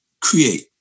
create